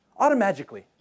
Automagically